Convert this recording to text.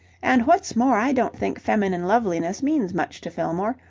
and, what's more, i don't think feminine loveliness means much to fillmore,